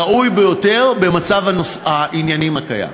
הראוי ביותר במצב העניינים הקיים.